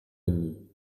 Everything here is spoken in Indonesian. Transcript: ini